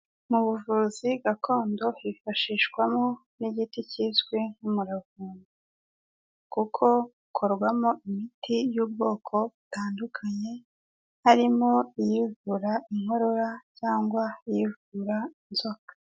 Mu buvuzi gakondo hifashishwamo n'igiti kizwi nk'umuravu mbakuko ukorwamo imiti y'ubwoko butandukanye, harimo iyivura inkorora cyangwa iyivura inzoka.